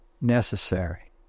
necessary